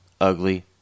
ugly